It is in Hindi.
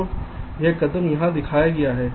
तो यह कदम यहाँ दिखाया गया है